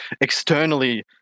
externally